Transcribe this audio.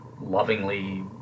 lovingly